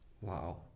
Wow